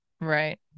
right